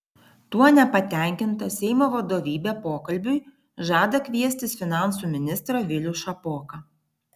tuo nepatenkinta seimo vadovybė pokalbiui žada kviestis finansų ministrą vilių šapoką